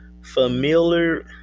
familiar